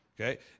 Okay